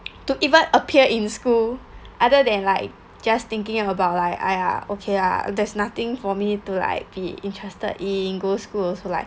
to even appear in school other than like just thinking about like !aiya! okay ah there's nothing for me to like be interested in go to schools also like